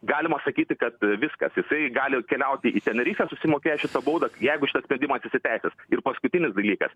galima sakyti kad viskas jisai gali keliauti į tenerifę susimokėjęs šitą baudą jeigu šitas sprendimas įsiteisės ir paskutinis dalykas